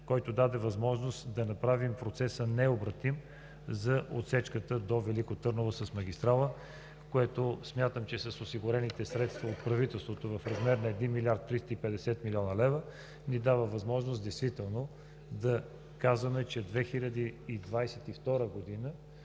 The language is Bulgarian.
който даде възможност да направим процеса необратим за отсечката до Велико Търново с магистрала. Смятам, че с осигурените средства от правителството в размер на 1 млрд. 350 млн. лв. ни се дава възможност да казваме, че през 2022